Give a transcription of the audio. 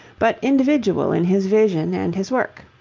but individual in his vision and his work.